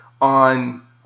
on